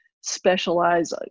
specialize